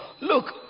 Look